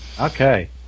Okay